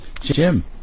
Jim